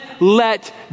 let